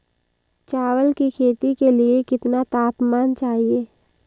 चावल की खेती के लिए कितना तापमान चाहिए?